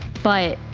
but